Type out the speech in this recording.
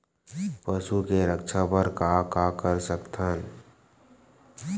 पशु के रक्षा बर का कर सकत हन?